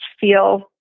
feel